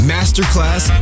Masterclass